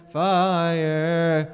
fire